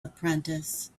apprentice